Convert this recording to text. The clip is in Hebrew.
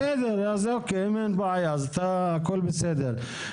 בסדר, אוקיי, אז אם אין בעיה, הכול בסדר.